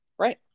Right